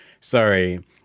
sorry